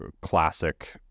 classic